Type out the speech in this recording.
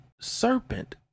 serpent